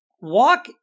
walk